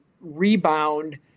rebound